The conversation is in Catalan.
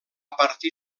partir